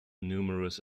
numerous